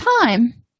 time